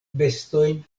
bestojn